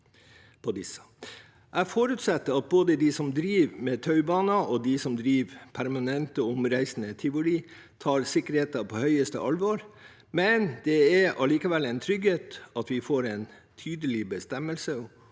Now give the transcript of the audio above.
Jeg forutsetter at både de som driver taubaner, og de som driver permanente og omreisende tivoli, tar sikkerheten på høyeste alvor, men det er allikevel en trygghet at vi får en tydelig bestemmelse